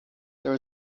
there